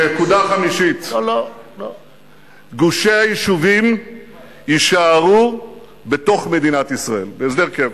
נקודה חמישית: גושי היישובים יישארו בתוך מדינת ישראל בהסדר קבע.